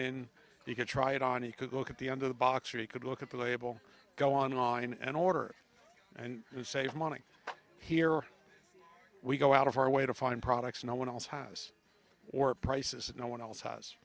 in you could try it on you could look at the end of the box or you could look at the label go online and order and save money here we go out of our way to find products no one else has or prices and no one else has